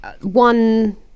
one